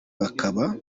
bakaba